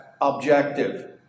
objective